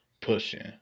pushing